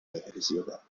realisierbar